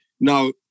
Now